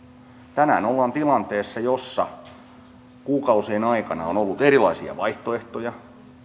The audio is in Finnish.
tänään ollaan tilanteessa jossa kuukausien aikana on ollut erilaisia vaihtoehtoja